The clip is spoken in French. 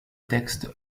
texte